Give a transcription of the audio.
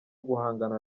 guhangana